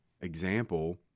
example